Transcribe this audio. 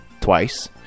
twice